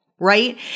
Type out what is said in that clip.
right